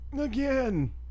Again